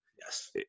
Yes